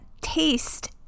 taste